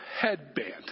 headband